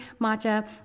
matcha